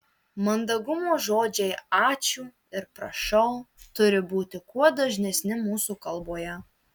mandagumo žodžiai ačiū ir prašau turi būti kuo dažnesni mūsų kalboje